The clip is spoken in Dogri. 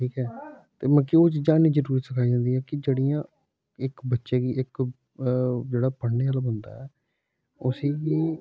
ठीक ऐ मतलब कि ओह् चीजां स्हानू जरूर सखाई जंदी ऐ कि जेह्ड़ियां इक बच्चे गी इक जेह्ड़ा पढ़ने आह्ला बंदा ऐ उसी बी